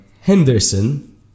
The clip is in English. henderson